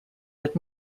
that